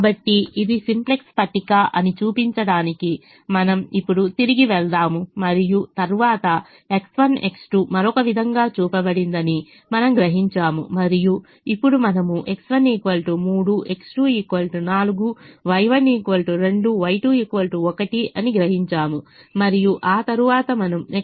కాబట్టి ఇది సింప్లెక్స్ పట్టిక అని చూపించడానికి మనము ఇప్పుడు తిరిగి వెళ్దాము మరియు తరువాత X1 X2 మరొక విధంగా చూపించబడిందని మనము గ్రహించాము మరియు ఇప్పుడు మనము X1 3 X2 4 Y1 2 Y2 1 అని గ్రహించాము మరియు ఆ తరువాత మనము X1 X2 చేసినాము అని గ్రహించాము